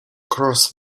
cross